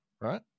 right